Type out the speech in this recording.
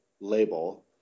label